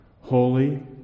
holy